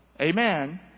Amen